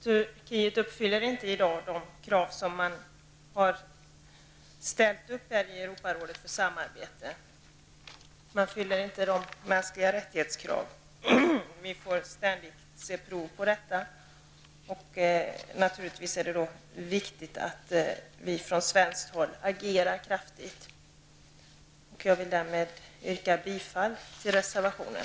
Turkiet uppfyller inte i dag de krav som man har ställt upp i Europarådet för samarbete. Turkiet uppfyller inte heller kraven på mänskliga rättigheter, och vi får ständigt se prov på det. Det är naturligtvis angeläget att vi från svenskt håll agerar kraftigt. Jag yrkar därmed bifall till reservationen.